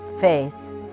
faith